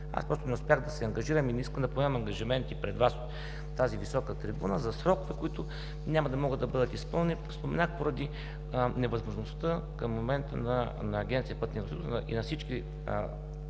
предприемем. Не успях да се ангажирам и не искам да поемам ангажименти пред Вас от тази висока трибуна за срокове, които няма да могат да бъдат изпълнени – споменах, поради невъзможността към момента на Агенция „Пътна инфраструктура“ и на всички